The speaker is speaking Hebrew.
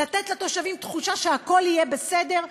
לתת לתושבים תחושה שהכול יהיה בסדר,